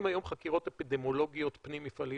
היום חקירות אפידמיולוגיות פנים מפעליות?